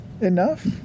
enough